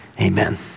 Amen